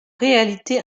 réalité